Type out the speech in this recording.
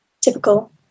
typical